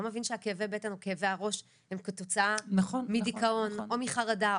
מבין שכאבי הבטן או כאבי הראש הם כתוצאה מדיכאון או מחרדה.